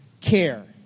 care